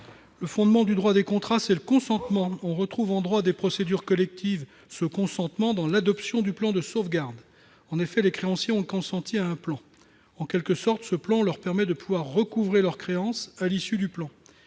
Le fondement du droit des contrats est le consentement. On retrouve en droit des procédures collectives le consentement dans l'adoption du plan de sauvegarde. En effet, les créanciers ont consenti à un plan, qui leur permet en quelque sorte de recouvrer leur créance à l'issue de